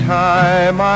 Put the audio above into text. time